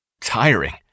tiring